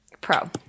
Pro